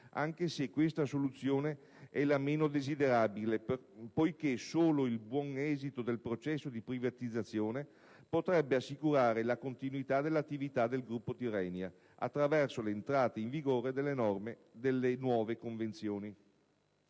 anche se questa soluzione è la meno desiderabile poiché solo il buon esito del processo di privatizzazione potrebbe assicurare la continuità dell'attività del gruppo Tirrenia attraverso l'entrata in vigore delle nuove convenzioni.